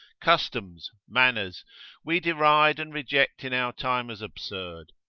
customs, manners, we deride and reject in our time as absurd.